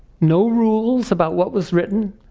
no rules about what was written.